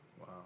Wow